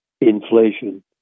inflation